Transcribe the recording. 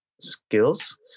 skills